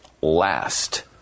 last